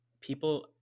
people